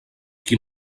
qui